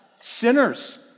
sinners